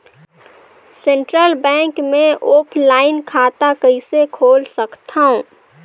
Central bank मे offline खाता कइसे खोल सकथव?